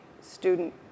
student